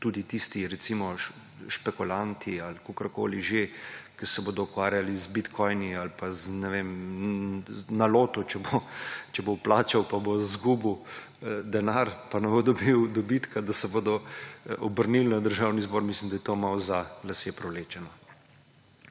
tudi tisti, recimo, špekulanti ali kakorkoli že, ki se bodo ukvarjali z bitcoini ali pa na lotu, če bodo vplačali, pa bodo izgubili denar, pa ne bodo dobili dobitka, da se bodo obrnili na Državni zbor. Mislim, da je to malo za lase privlečeno.